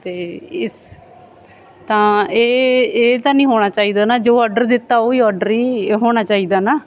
ਅਤੇ ਇਸ ਤਾਂ ਇਹ ਇਹ ਤਾਂ ਨਹੀਂ ਹੋਣਾ ਚਾਹੀਦਾ ਨਾ ਜੋ ਔਡਰ ਦਿੱਤਾ ਉਹ ਹੀ ਔਡਰ ਹੀ ਹੋਣਾ ਚਾਹੀਦਾ ਨਾ